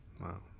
Wow